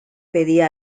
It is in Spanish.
pedía